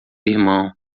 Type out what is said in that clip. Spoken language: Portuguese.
irmão